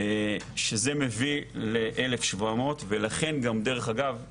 שזה 1,700. ולכן גם, דרך אגב,